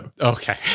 Okay